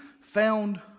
found